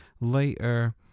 later